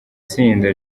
tsinda